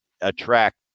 attract